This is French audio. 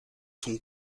son